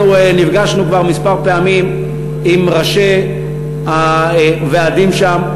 אנחנו נפגשנו כבר כמה פעמים עם ראשי הוועדים שם,